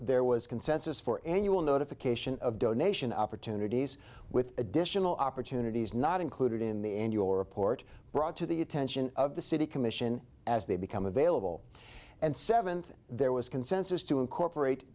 there was consensus for annual notification of donation opportunities with additional opportunities not included in the end your report brought to the attention of the city commission as they become available and seventh there was consensus to incorporate